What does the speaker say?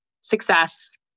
success